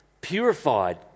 purified